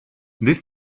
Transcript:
this